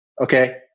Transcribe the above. Okay